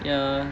ya